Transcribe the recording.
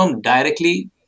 directly